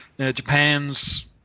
Japan's